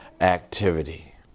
activity